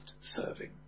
serving